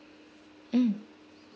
mm